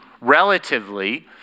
relatively